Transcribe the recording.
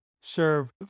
serve